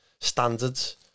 standards